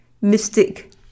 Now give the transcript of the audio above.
mystic